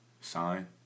Sign